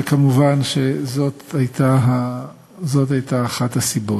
ומובן שזאת הייתה אחת הסיבות.